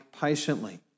patiently